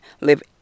live